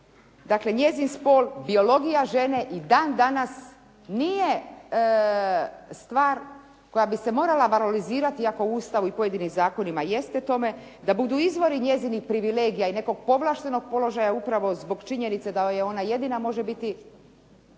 dakle njezin spol, biologija žene i dan danas nije stvar koja bi se morala … /Govornica se ne razumije./… iako u Ustavu i pojedinim zakonima jeste tome, da budu izvori njezinih privilegija i nekog povlaštenog položaja upravo zbog činjenice da ona jedina može biti